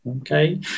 okay